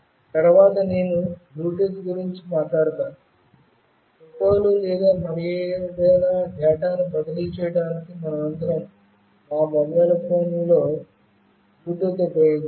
తరువాత నేను బ్లూటూత్ గురించి మాట్లాడతాను ఫోటోలు లేదా మరేదైనా డేటాను బదిలీ చేయడానికి మనమందరం మా మొబైల్ ఫోన్లలో బ్లూటూత్ ఉపయోగిస్తాము